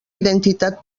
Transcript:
identitat